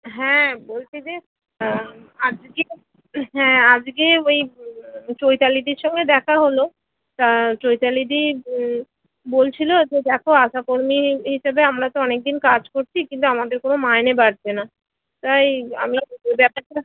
হ্যাঁ বলছি যে আজকে হ্যাঁ আজকে ওই চৈতালিদির সঙ্গে দেখা হলো চৈতালিদি বলছিলো যে দেখো আশাকর্মী হিসেবে আমরা তো অনেক দিন কাজ করছি কিন্তু আমাদের কোনো মাইনে বাড়ছে না তাই আমরা ব্যাপারটা